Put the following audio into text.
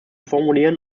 formulieren